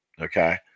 okay